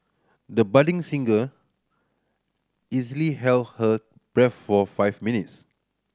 the budding singer easily held her breath for five minutes